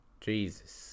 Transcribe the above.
Jesus